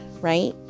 right